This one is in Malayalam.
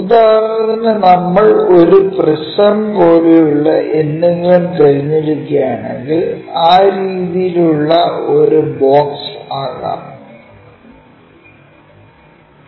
ഉദാഹരണത്തിന് നമ്മൾ ഒരു പ്രിസം പോലുള്ള എന്തെങ്കിലും തിരഞ്ഞെടുക്കുകയാണെങ്കിൽ ആ രീതിയിൽ ഉള്ള ഒരു ബോക്സ് ആകാം